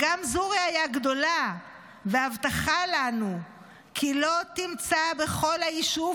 תור מספר 56 וגם זו ראיה גדולה והבטחה לנו כי לא תמצא בכל היישוב